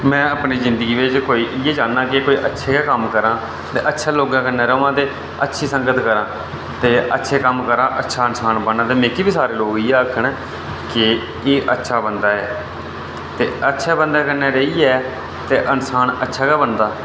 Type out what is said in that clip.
में अपनी जिंदगी बिच इ'यै चाह्न्नां कि कोई अच्छे गै कम्म करां ते अच्छे लोकें कन्नै रवां ते अच्छी संगत करां ते अच्छे कम्म करां ते अच्छे इन्सान बनांऽ ते मिगी सारे लोक इ'यै आखन कि एह् अच्छा बंदा ऐ ते अच्छे बंदे कन्नै रेहियै ते इन्सान अच्छा गै बनदा